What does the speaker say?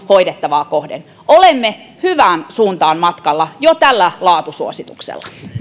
hoidettavaa kohden olemme hyvään suuntaan matkalla jo tällä laatusuosituksella